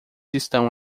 estão